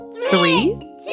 Three